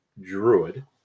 Druid